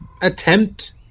attempt